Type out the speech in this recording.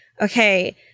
okay